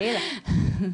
חלילה.